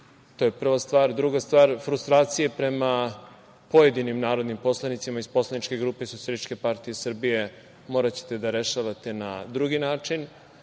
to je prva stvar. Druga stvar, frustracije prema pojedinim narodnim poslanicima iz poslaničke grupe Socijalističke partije Srbije moraćete da rešavate na drugi način.